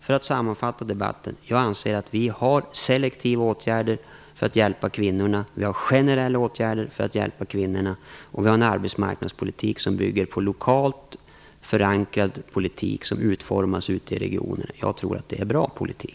För att sammanfatta debatten kan jag säga att vi har både selektiva åtgärder och generella åtgärder för att hjälpa kvinnorna, och vi har en arbetsmarknadspolitik som bygger på lokalt förankrad politik, som utformas ute i regionerna. Jag tror att det är en bra politik.